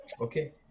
Okay